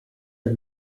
are